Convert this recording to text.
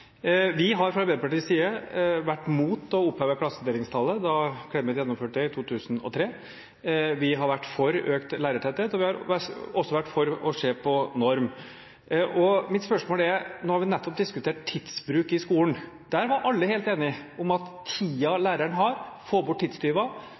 Vi var fra Arbeiderpartiets side imot å oppheve klassedelingstallet da Clemet gjennomførte det i 2003, vi har vært for økt lærertetthet, og vi har også vært for å se på norm. Mitt spørsmål handler om: Nå har vi nettopp diskutert tidsbruk i skolen. Da var alle helt enige om at tiden læreren har – få bort tidstyver,